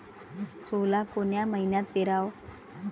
सोला कोन्या मइन्यात पेराव?